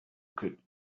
could